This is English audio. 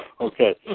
Okay